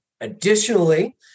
Additionally